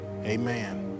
Amen